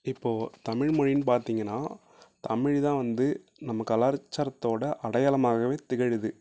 இப்போது தமிழ் மொழின்னு பார்த்திங்கன்னா தமிழ் தான் வந்து நம்ம கலாச்சாரத்தோட அடையாளமாகவே திகழுது